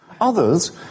Others